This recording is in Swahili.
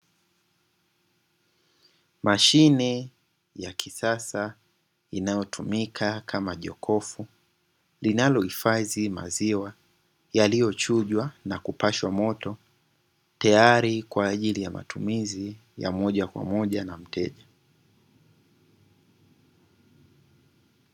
Mashine ya kisasa inayotumika kama jokofu linalohifadhi maziwa yaliyochujwa na kupashwa moto tayari kwa ajili ya matumizi ya moja kwa moja na mteja.